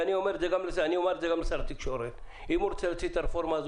ואני אומר את זה גם לשר התקשורת שאם הוא רוצה להוציא את הרפורמה האת,